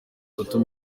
tatu